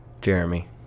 Jeremy